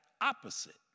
opposite